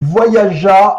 voyagea